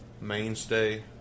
mainstay